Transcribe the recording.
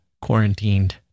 quarantined